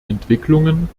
entwicklungen